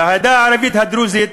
והעדה הערבית הדרוזית,